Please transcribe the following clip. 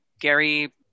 Gary